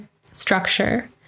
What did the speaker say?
structure